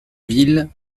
ville